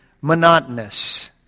monotonous